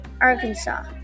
Arkansas